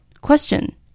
Question